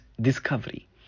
discovery